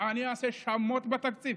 אני אעשה שמות בתקציב.